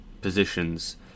positions